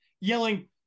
yelling